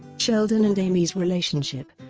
sheldon and amy's relationship